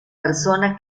persona